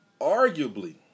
Arguably